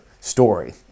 story